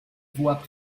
voie